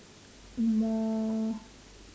more